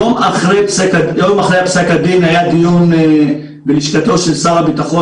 יום אחרי פסק הדין היה דיון בלשכתו של שר הביטחון